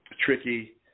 tricky